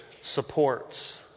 supports